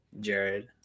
Jared